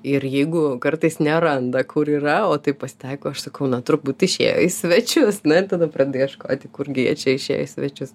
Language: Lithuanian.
ir jeigu kartais neranda kur yra o taip pasitaiko aš sakau na turbūt išėjo į svečius ir tada pradeda ieškoti kurgi jie čia išėjo į svečius